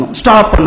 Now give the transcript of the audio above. stop